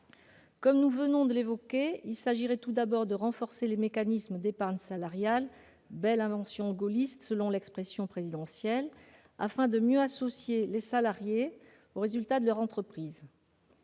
Comme nous venons de l'évoquer, il s'agirait tout d'abord de renforcer les mécanismes d'épargne salariale, « belle invention gaulliste », selon l'expression présidentielle, afin de mieux associer les salariés aux résultats de leur entreprise.